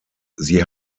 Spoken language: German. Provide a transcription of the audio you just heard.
sie